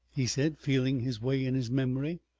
he said, feeling his way in his memory.